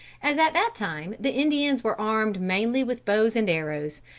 as at that time the indians were armed mainly with bows and arrows,